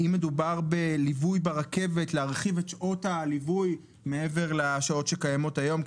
אם מדובר בליווי ברכבת להרחיב את שעות הליווי מעבר לשעות שקיימות היום,